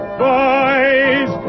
boys